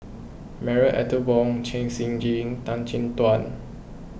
Marie Ethel Bong Chen Shiji Tan Chin Tuan